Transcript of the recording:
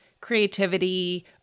creativity